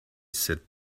sit